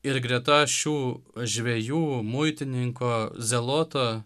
ir greta šių žvejų muitininko zeloto